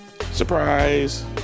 surprise